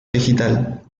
digital